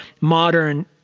modern –